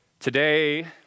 Today